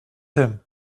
him